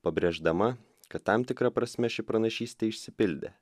pabrėždama kad tam tikra prasme ši pranašystė išsipildė